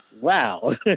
wow